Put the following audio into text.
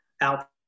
out